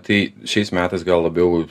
tai šiais metais gal labiau